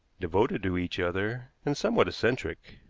devoted to each other, and somewhat eccentric.